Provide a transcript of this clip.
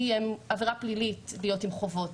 כי בגדה המערבית להיות בחובות